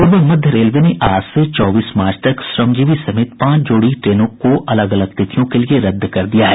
पूर्व मध्य रेलवे ने आज से चौबीस मार्च तक श्रमजीवी समेत पांच जोड़ी ट्रेनों को अलग अलग तिथियों के लिए रद्द कर दिया है